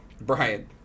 Brian